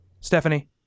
Stephanie